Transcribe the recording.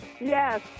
Yes